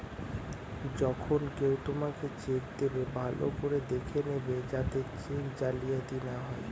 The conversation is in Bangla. যখন কেউ তোমাকে চেক দেবে, ভালো করে দেখে নেবে যাতে চেক জালিয়াতি না হয়